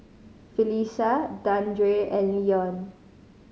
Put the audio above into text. Phylicia Dandre and Leon